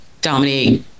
Dominique